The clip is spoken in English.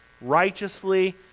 righteously